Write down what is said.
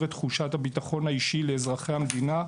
את תחושת הביטחון האישי לאזרחי המדינה,